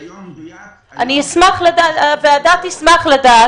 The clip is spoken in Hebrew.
היום המדויק --- הוועדה תשמח לדעת,